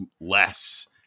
less